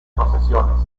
procesiones